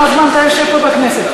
כמה זמן אתה יושב פה בכנסת?